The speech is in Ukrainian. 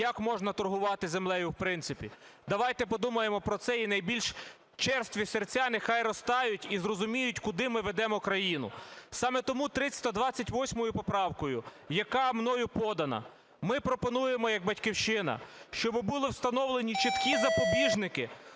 як можна торгувати землею в принципі? Давайте подумаємо про це, і найбільш черстві серця нехай розтануть і зрозуміють, куди ми ведемо країну. Саме тому 328 поправкою, яка мною подана, ми пропонуємо як "Батьківщина", щоби були встановлені чіткі запобіжники